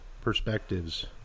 perspectives